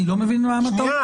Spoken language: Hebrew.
אני לא מבין למה אתה אומר את זה.